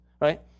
Right